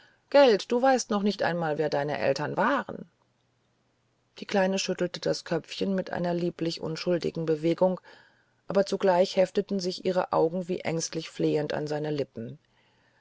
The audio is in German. gelt du weißt noch nicht einmal was deine eltern waren die kleine schüttelte das köpfchen mit einer lieblich unschuldigen bewegung aber zugleich hefteten sich ihre augen wie ängstlich flehend an seine lippen